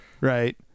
right